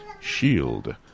Shield